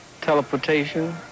teleportation